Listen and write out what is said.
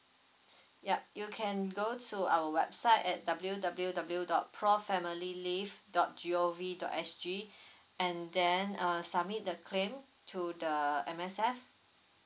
yup you can go to our website at W W W dot pro family leave dot G O V dot S G and then uh submit the claim to the M_S_F